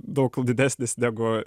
daug didesnis negu